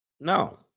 No